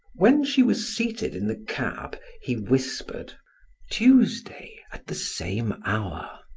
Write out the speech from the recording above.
when she was seated in the cab, he whispered tuesday, at the same hour.